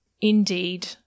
Indeed